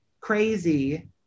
crazy